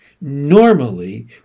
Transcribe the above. Normally